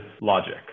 logic